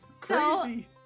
crazy